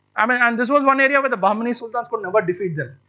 um ah and this was one area where the bahmani sultans could never defeat them.